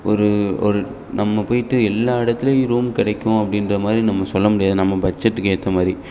ஒரு ஒரு நம்ம போயிட்டு எல்லா இடத்துலையும் ரூம் கிடைக்கும் அப்படின்ற மாதிரி நம்ம சொல்ல முடியாது நம்ம பட்ஜெட்டுக்கு ஏற்ற மாதிரி